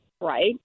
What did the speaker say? right